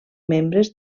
membres